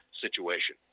situation